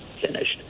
finished